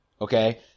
okay